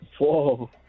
Whoa